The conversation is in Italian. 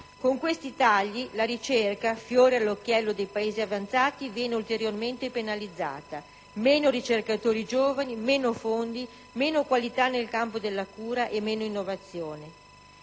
Con questi tagli, la ricerca, fiore all'occhiello dei Paesi avanzati, viene ulteriormente penalizzata: meno ricercatori giovani, meno fondi, meno qualità nel campo della cura e meno innovazione.